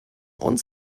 und